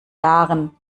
jahren